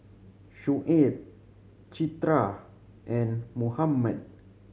Shuib Citra and Muhammad